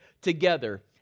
together